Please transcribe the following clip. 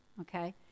okay